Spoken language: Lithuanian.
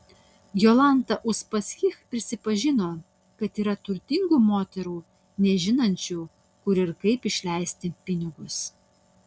jolanta uspaskich pripažino kad yra turtingų moterų nežinančių kur ir kaip išleisti pinigus